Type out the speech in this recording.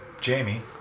Jamie